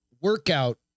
workout